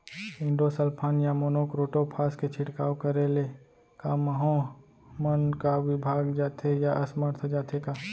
Endosulfan या monocrotophos के छिड़काव करे ले क माहो मन का विभाग जाथे या असमर्थ जाथे का?